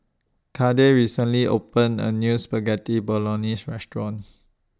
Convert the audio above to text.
Cade recently opened A New Spaghetti Bolognese Restaurant